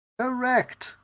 Correct